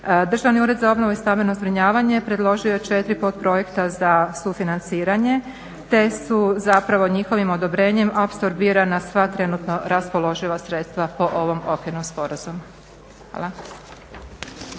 Državni ured za obnovu i stambeno zbrinjavanje predložio je četiri podprojekta za sufinanciranje te su zapravo njihovim odobrenjem apsorbirana sva trenutno raspoloživa sredstva po ovom okvirnom sporazumu. Hvala.